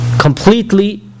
Completely